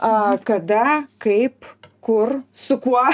aaa kada kaip kur su kuo